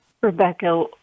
Rebecca